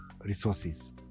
resources